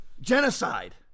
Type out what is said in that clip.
genocide